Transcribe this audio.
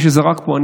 מישהו זרק פה,